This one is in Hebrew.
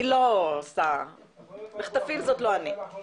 אני לא עושה מחטפים, זאת לא אני.